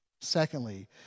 Secondly